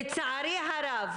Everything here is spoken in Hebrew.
לצערי הרב,